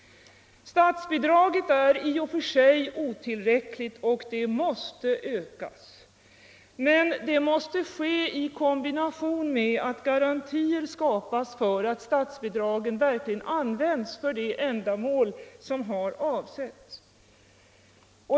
Statsbidraget är i och för sig otillräckligt, och det måste ökas. Men detta måste ske i kombination med att garantier skapas för att statsbidraget verkligen används för de ändamål som har avsetts.